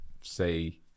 say